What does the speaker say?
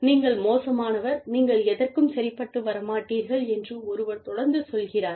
நீங்கள் மோசமானவர் நீங்கள் எதற்கும் சரிப்பட்டு வரமாட்டீர்கள் என்று ஒருவர் தொடர்ந்து சொல்கிறார்